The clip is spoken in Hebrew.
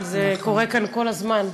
אבל זה קורה כאן כל הזמן.